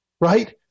right